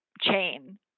chain